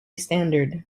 standard